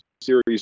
Series